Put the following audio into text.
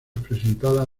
presentadas